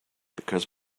because